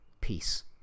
peace